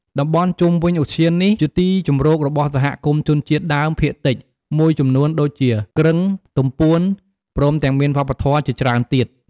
តំបន់ជុំវិញឧទ្យាននេះជាទីជម្រករបស់សហគមន៍ជនជាតិដើមភាគតិចមួយចំនួនដូចជាគ្រឹង ទំពួន ព្រមទាំងមានវប្បធម៌ជាច្រើនទៀត។